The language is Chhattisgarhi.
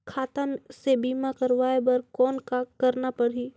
खाता से बीमा करवाय बर कौन करना परही?